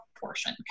portion